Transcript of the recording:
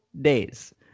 days